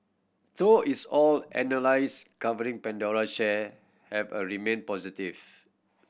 though its all analyst covering Pandora share have a remained positive